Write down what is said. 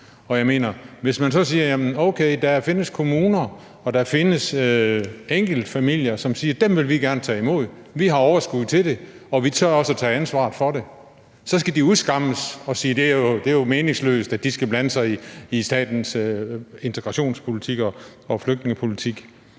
Jeg mener, hvis man så siger, at okay, der findes kommuner, og der findes enkeltfamilier, som siger: Dem vil vi gerne tage imod, vi har overskud til det, og vi tør også tage ansvar for dem – så skal de udskammes, og man siger, at det jo er meningsløst, at de skal blande sig i statens integrationspolitik og flygtningepolitik.